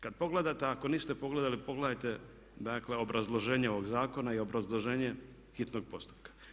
Kad pogledate, ako niste pogledali pogledajte dakle obrazloženje ovog zakona i obrazloženje hitnog postupka.